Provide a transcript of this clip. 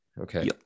Okay